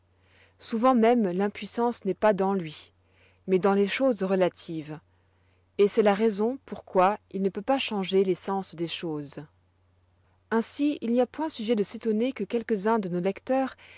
souvent même l'impuissance n'est pas dans lui mais dans les choses relatives et c'est la raison pourquoi il ne peut pas changer les essences ainsi il n'y a pas sujet de s'étonner que quelques-uns de nos docteurs